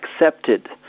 accepted